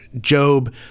Job